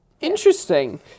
interesting